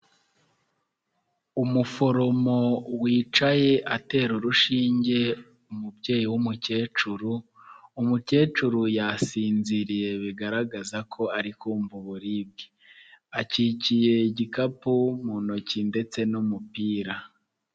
Umuforomo wicaye atera urushinge umubyeyi w'umukecuru, umukecuru yasinziriye bigaragaza ko ari kumva uburibwe, akikiye igikapu mu ntoki ndetse n'umupira.